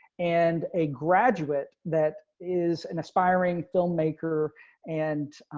and a graduate, that is an aspiring filmmaker and.